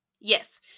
yes